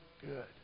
good